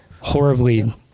horribly